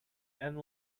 and